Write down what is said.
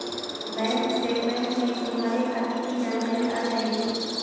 bank statement में तुम्हारे खाते की जानकारी आ जाएंगी